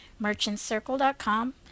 MerchantCircle.com